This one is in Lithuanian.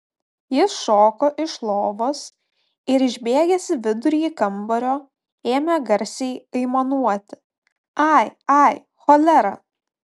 jis šoko iš lovos ir išbėgęs į vidurį kambario ėmė garsiai aimanuoti ai ai cholera